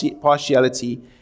partiality